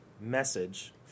message